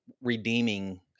redeeming